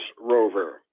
rover